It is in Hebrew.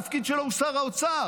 התפקיד שלו הוא שר האוצר.